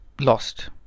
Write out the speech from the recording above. lost